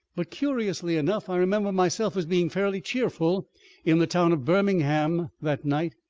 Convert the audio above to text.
but, curiously enough, i remember myself as being fairly cheerful in the town of birmingham that night,